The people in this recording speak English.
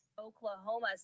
Oklahoma